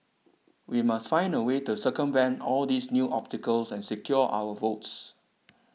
we must find a way to circumvent all these new obstacles and secure our votes